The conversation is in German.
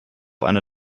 eine